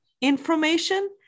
information